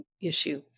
issue